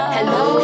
Hello